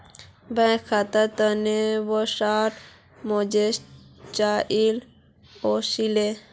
bank खातात वेतन वस्वार मैसेज चाइल ओसीले